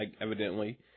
Evidently